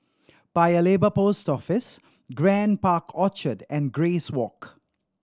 Paya Lebar Post Office Grand Park Orchard and Grace Walk